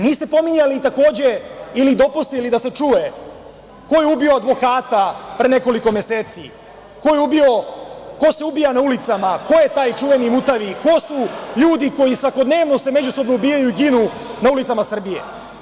Niste pominjali ili dopustili da se čuje ko je ubio advokata pre nekoliko meseci, ko se ubija na ulicama, ko je čuveni mutavi, ko su ljudi koji se svakodnevno međusobno ubijaju i ginu na ulicama Srbije.